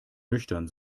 nüchtern